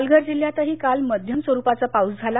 पालघर जिल्ह्यातही काल मध्यम स्वरूपाचा पाऊस झाला